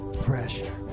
pressure